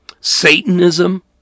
Satanism